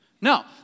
No